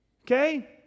Okay